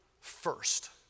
first